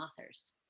authors